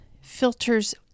filters